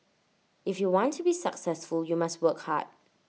if you want to be successful you must work hard